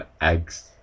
eggs